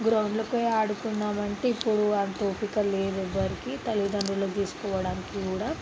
గ్రౌండ్లోకి పోయి ఆడుకుందాం అంటే ఇప్పుడు అంత ఓపిక లేదు ఎవ్వరికి తల్లిదండ్రులకి తీసుకుపోవడానికి కూడా